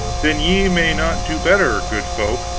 then ye may not do better, good folk,